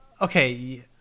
Okay